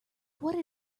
what